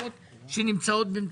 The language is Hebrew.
משפחות שנמצאות במצוקה.